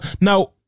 Now